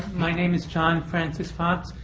my name is john francis fox.